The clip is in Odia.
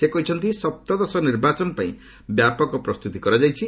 ସେ କହିଛନ୍ତି ସପ୍ତଦଶ ନିର୍ବାଚନ ପାଇଁ ବ୍ୟାପକ ପ୍ରସ୍ତୁତି କରାଯାଇଛି